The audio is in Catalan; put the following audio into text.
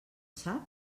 sap